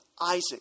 Isaac